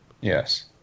Yes